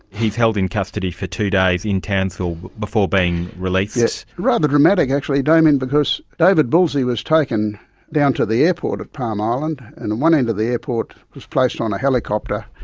he's held in custody for two days in townsville before being released. yes, rather dramatic actually, damien, because david bulsey was taken down to the airport at palm island and one end of the airport was placed on a helicopter,